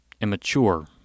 immature